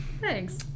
thanks